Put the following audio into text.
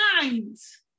minds